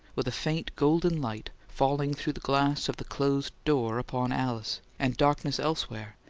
with a faint golden light falling through the glass of the closed door upon alice, and darkness elsewhere,